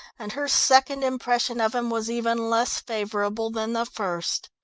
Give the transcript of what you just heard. and her second impression of him was even less favourable than the first.